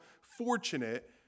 fortunate